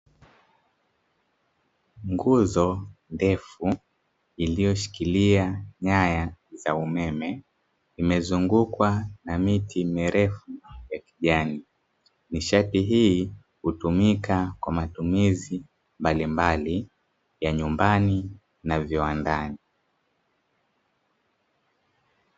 Nguzo ndefu iliyoshikilia nyaya za umeme imezungukwa na miti mirefu ya kijani, nishati hii hutumika kwa matumizi mbalimbali ya nyumbani na viwandani.